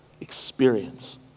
experience